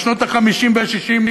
בשנות ה-50 וה-60,